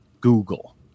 Google